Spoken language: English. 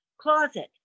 closet